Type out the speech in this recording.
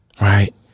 Right